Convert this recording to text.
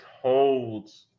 holds